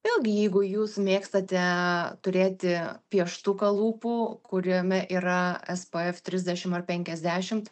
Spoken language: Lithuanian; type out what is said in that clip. vėlgi jeigu jūs mėgstate turėti pieštuką lūpų kuriame yra s pf trisdešim ar penkiasdešimt